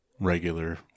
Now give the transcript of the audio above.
Regular